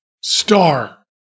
Star